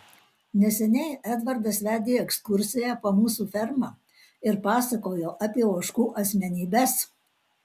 neseniai edvardas vedė ekskursiją po mūsų fermą ir pasakojo apie ožkų asmenybes